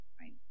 right